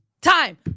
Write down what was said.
time